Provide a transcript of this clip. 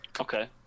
Okay